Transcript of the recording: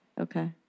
Okay